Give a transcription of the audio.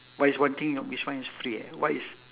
what is one thing oh which one is free ah what is